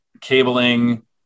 cabling